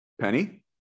Penny